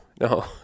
no